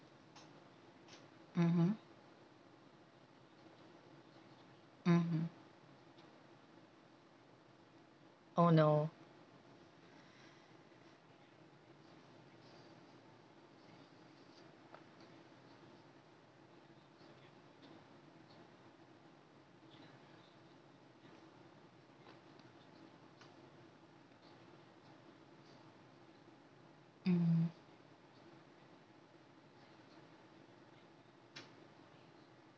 mmhmm mmhmm oh no mm